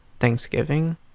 Thanksgiving